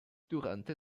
durante